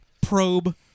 probe